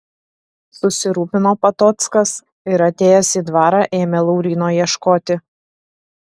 susirūpino patockas ir atėjęs į dvarą ėmė lauryno ieškoti